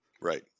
right